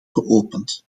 geopend